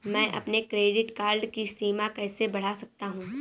मैं अपने credit card की सीमा कैसे बढ़ा सकता हूँ?